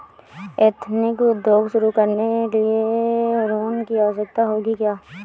Ethnic उद्योग शुरू करने लिए लोन की आवश्यकता होगी क्या?